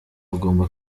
agomba